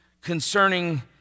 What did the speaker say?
concerning